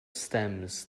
stems